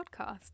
Podcast